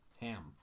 Ham